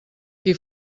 qui